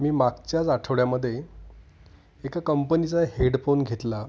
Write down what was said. मी मागच्याच आठवड्यामध्ये एका कंपनीचा हेडफोन घेतला